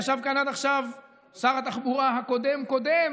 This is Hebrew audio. ישב כאן עכשיו שר התחבורה הקודם-קודם